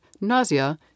nausea